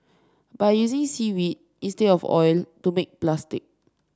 by using seaweed instead of oil to make plastic